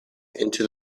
into